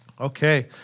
Okay